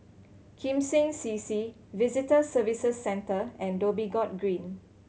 Kim Seng C C Visitor Services Centre and Dhoby Ghaut Green